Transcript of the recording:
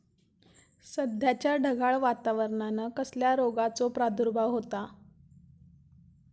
सध्याच्या ढगाळ वातावरणान कसल्या रोगाचो प्रादुर्भाव होता?